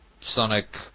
Sonic